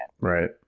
Right